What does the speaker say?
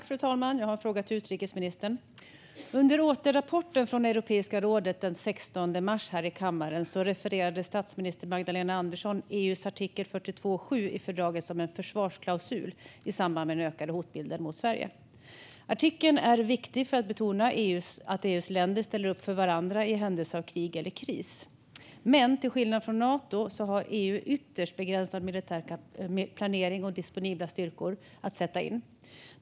Fru talman! Jag har en fråga till utrikesministern. Under återrapporten från Europeiska rådet den 16 mars här i kammaren refererade statsminister Magdalena Andersson till EU:s artikel 42.7 i fördraget som en försvarsklausul i samband med den ökade hotbilden mot Sverige. Artikeln är viktig för att betona att EU:s länder ställer upp för varandra i händelse av krig eller kris. Men till skillnad från Nato har EU ytterst begränsad militär planering och begränsade disponibla styrkor att sätta in.